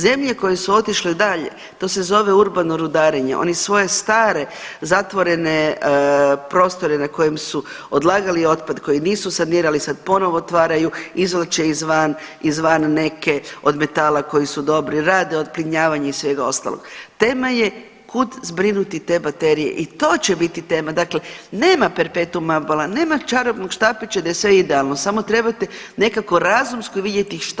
Zemlje koje su otišle dalje to se zove urbano rudarenje, oni svoje stare zatvorene prostore na kojem su odlagali otpad koji nisu sanirali sad ponovo otvaraju, izvlače iz van, iz van neke od metala koji su dobri, radi otplinjavanje i svega ostalog, tema je kud zbrinuti te baterije i to će biti tema, dakle nema perpetuma ambala, nema čarobnog štapića da je sve idealno, samo trebate nekako razumsko vidjeti što za što.